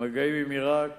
מגעים עם עירק,